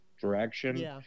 direction